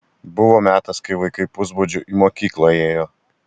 buvo metas kai vaikai pusbadžiu į mokyklą ėjo